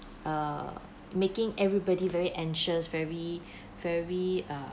err making everybody very anxious very very uh